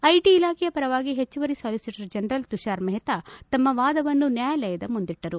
IT ಇಲಾಖೆಯ ಪರವಾಗಿ ಹೆಚ್ಚುವರಿ ಸಾಲಿಸಿಟರ್ ಜನರಲ್ ತುಷಾರ್ ಮೆಹ್ತಾ ತಮ್ಮ ವಾದವನ್ನು ನ್ಯಾಯಾಲಯದ ಮುಂದಿಟ್ಟರು